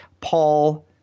Paul